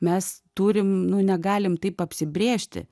mes turim nu negalim taip apsibrėžti